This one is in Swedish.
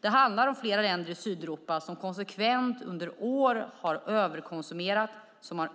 Det handlar om flera länder i Sydeuropa som konsekvent under år har överkonsumerat,